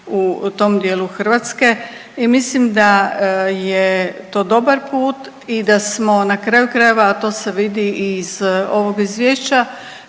u tom dijelu Hrvatske i mislim da je to dobar put i da smo na kraju krajeva, a to se vidi i iz ovog izvješća